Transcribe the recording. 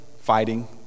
fighting